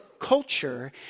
Culture